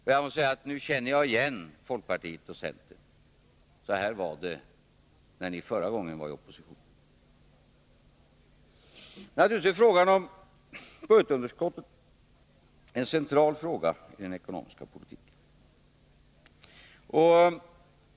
Nu känner jag emellertid igen folkpartiet och centern. Så här var det när ni förra gången var i opposition. Naturligtvis är frågan om budgetunderskottet en central fråga i den ekonomiska politiken.